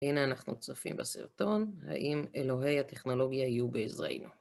הנה אנחנו צופים בסרטון, האם אלוהי הטכנולוגיה יהיו בעזרנו.